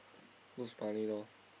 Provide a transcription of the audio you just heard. looks funny lor